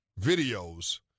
videos